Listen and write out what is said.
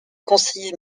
conseiller